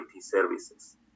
Services